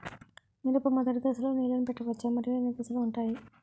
మిరప మొదటి దశలో నీళ్ళని పెట్టవచ్చా? మరియు ఎన్ని దశలు ఉంటాయి?